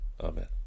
Amen